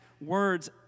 words